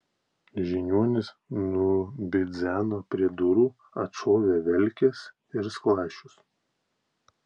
žiniuonis nubidzeno prie durų atšovė velkes ir skląsčius